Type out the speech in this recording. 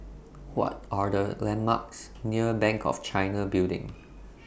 What Are The landmarks near Bank of China Building